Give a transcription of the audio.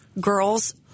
girls